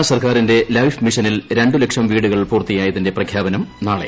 കേരള സർക്കാരിന്റെ ലൈഫ് മിഷനിൽ രണ്ട് ലക്ഷം വീടുകൾ പൂർത്തിയായതിന്റെ പ്രഖ്യാപനം നാളെ